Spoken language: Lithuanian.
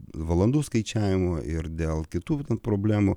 valandų skaičiavimo ir dėl kitų ten problemų